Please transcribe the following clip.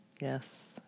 Yes